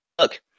Look